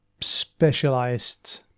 specialized